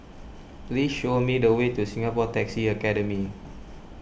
please show me the way to Singapore Taxi Academy